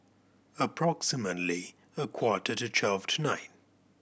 approximately a quarter to twelve tonight